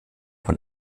von